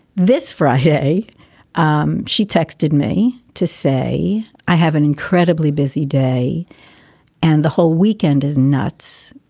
this friday um she texted me to say i have an incredibly busy day and the whole weekend is nuts.